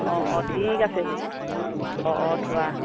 অঁ অঁ ঠিক আছে বাৰু অঁ অঁ থোৱা